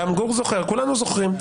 גם גור זוכר, כולנו זוכרים.